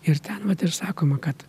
ir ten vat ir sakoma kad